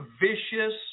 vicious